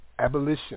Abolition